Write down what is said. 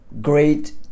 great